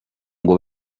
ngo